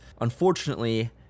unfortunately